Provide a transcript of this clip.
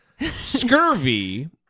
scurvy